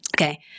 Okay